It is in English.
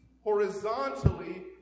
horizontally